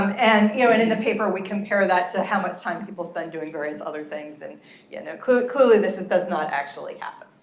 and you know and in the paper we compare that to how much time people spend doing various other things. and yeah and clearly this does not actually happen.